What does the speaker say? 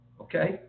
Okay